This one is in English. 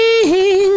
sing